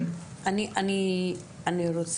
אבל הם למעשה